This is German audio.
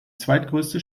zweitgrößte